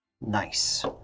Nice